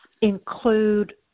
include